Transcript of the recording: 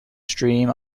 stream